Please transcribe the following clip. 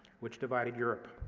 which divided europe.